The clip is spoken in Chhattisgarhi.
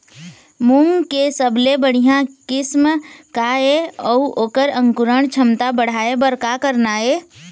मूंग के सबले बढ़िया किस्म का ये अऊ ओकर अंकुरण क्षमता बढ़ाये बर का करना ये?